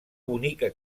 bonica